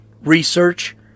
research